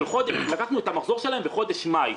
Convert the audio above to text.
לקחנו את המחזור שלהם בחודש מאי,